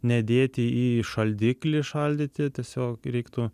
nedėti į šaldiklį šaldyti tiesiog reiktų